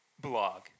blog